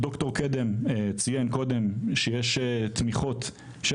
ד"ר קדם ציין קודם שיש לדברים האלה תמיכות של